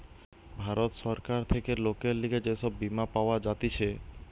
ভারত সরকার থেকে লোকের লিগে যে সব বীমা পাওয়া যাতিছে